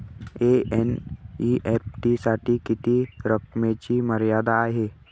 NEFT साठी किती रकमेची मर्यादा आहे?